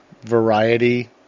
variety